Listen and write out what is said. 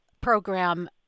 program